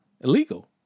illegal